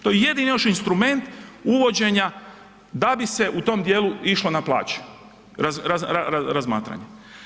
To je jedini još instrument uvođenja da bi se u tom dijelu išlo na plaće, razmatranje.